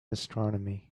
astronomy